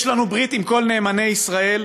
יש לנו ברית עם כל נאמני ישראל,